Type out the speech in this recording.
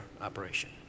operation